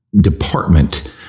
department